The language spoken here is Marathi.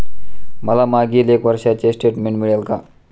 मला मागील एक वर्षाचे स्टेटमेंट मिळेल का?